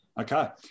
Okay